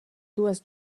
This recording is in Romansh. duas